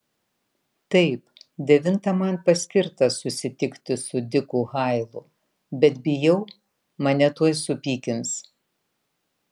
taip devintą man paskirta susitikti su diku hailu bet bijau mane tuoj supykins